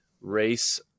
race